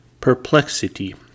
Perplexity